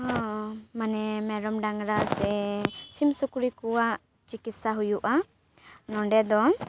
ᱢᱟᱱᱮ ᱢᱮᱨᱚᱢ ᱰᱟᱝᱨᱟ ᱥᱮ ᱥᱤᱢ ᱥᱩᱠᱨᱤ ᱠᱚᱣᱟᱜ ᱪᱤᱠᱤᱛᱥᱟ ᱦᱩᱭᱩᱜᱼᱟ ᱱᱚᱸᱰᱮ ᱫᱚ